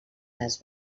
les